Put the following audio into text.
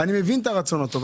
אני מבין את הרצון הטוב.